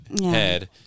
head